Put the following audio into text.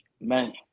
man